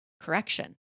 Correction